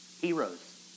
heroes